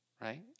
right